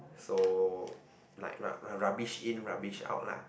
so like ru~ rubbish in rubbish out lah